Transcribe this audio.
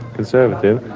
conservative,